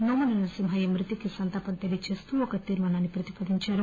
నోముల నర్పింహయ్య మృతికి సంతాపం తెలియచేస్తూ తీర్మానాన్ని ప్రతిపాదించారు